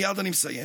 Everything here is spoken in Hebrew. מייד אני מסיים,